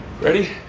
Ready